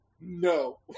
No